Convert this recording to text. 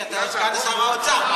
אדוני, אתה סגן שר האוצר.